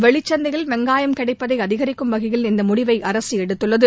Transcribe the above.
வெளிச்சந்தையில் வெங்காயம் கிடைப்பதை அதிரிக்கும் வகையில் இந்த முடிவை அரசு எடுத்துள்ளது